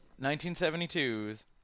1972's